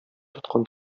тоткан